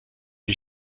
die